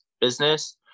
business